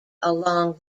along